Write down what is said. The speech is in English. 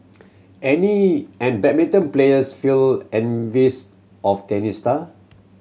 any and badminton players feel envious off tennis star